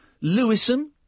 Lewison